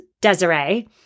Desiree